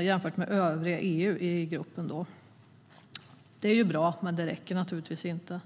jämfört med övriga EU i gruppen med funktionsnedsättning. Det är ju bra, men det räcker naturligtvis inte.